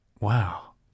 Wow